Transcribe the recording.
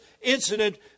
incident